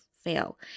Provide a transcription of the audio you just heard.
fail